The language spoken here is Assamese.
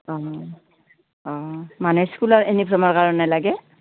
অ অ মানে স্কুলৰ ইউনিফৰ্মৰ কাৰণে লাগে